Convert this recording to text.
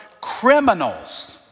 Criminals